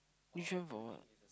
mission for what